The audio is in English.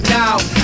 now